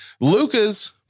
Luca's